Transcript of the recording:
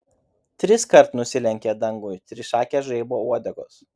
triskart nusilenkė dangui trišakės žaibo uodegos